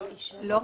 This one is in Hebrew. לא.